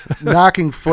knocking